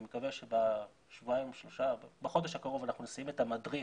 אני מקווה שבחודש הקרוב אנחנו נסיים את המדריך,